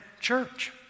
church